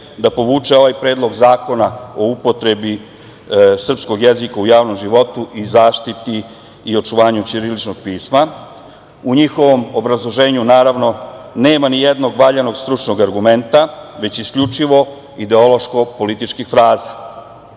da povuče ovaj predlog zakona o upotrebi srpskog jezika u javnom životu i zaštiti i očuvanju ćiriličnog pisma. U njihovom obrazloženju, naravno, nema nijednog valjanog stručnog argumenta, već isključivo ideološko-političkih fraza